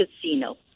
Casino